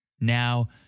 Now